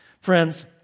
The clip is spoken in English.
Friends